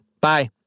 Bye